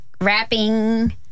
rapping